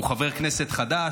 הוא חבר כנסת חדש,